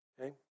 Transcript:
okay